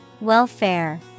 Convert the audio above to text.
Welfare